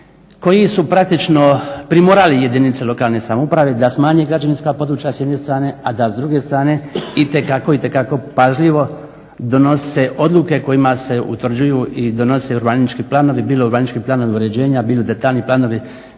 koji su praktično primorali jedinice lokalne samouprave da smanje građevinska područja s jedne strane, a da s druge strane itekako, itekako pažljivo donose odluke kojima se utvrđuju i donose urbanički planovi. Bilo urbanički planovi uređenja, bilo detaljni planovi,